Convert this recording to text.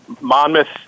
Monmouth